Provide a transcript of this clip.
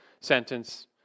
sentence